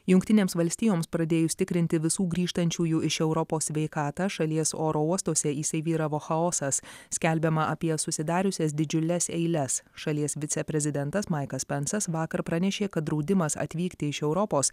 jungtinėms valstijoms pradėjus tikrinti visų grįžtančiųjų iš europos sveikatą šalies oro uostuose įsivyravo chaosas skelbiama apie susidariusias didžiules eiles šalies viceprezidentas maikas pensas vakar pranešė kad draudimas atvykti iš europos